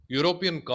European